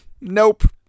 Nope